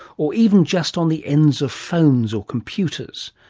or even just on the ends of phones or computers?